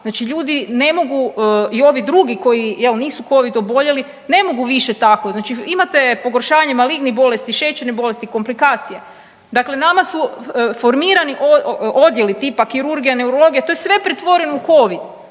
Znači ljudi ne mogu i ovi drugi koji jel nisu Covid oboljeli, ne mogu više tako. Znači imate pogoršanje malignih bolesti, šećernih bolesti, komplikacija. Dakle nama su formirani odjeli tipa kirurgija, neurologija to je sve pretvoreno u Covid.